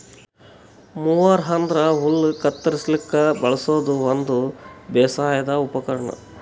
mower ಅಂದ್ರ ಹುಲ್ಲ್ ಕತ್ತರಸ್ಲಿಕ್ ಬಳಸದ್ ಒಂದ್ ಬೇಸಾಯದ್ ಉಪಕರ್ಣ್